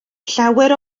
llawer